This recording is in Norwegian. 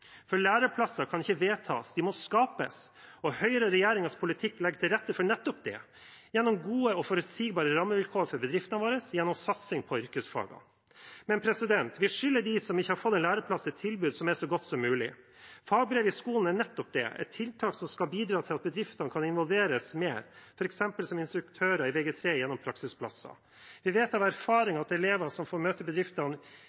for læreplasser kan ikke vedtas, de må skapes. Og Høyre og regjeringens politikk legger til rette for nettopp det, gjennom gode og forutsigbare rammevilkår for bedriftene våre, gjennom satsing på yrkesfagene. Men vi skylder dem som ikke har fått en læreplass, et tilbud som er så godt som mulig. Fagbrev i skolen er nettopp det, et tiltak som skal bidra til at bedriftene kan involveres mer, f.eks. som instruktører i Vg3 gjennom praksisplasser. Vi vet av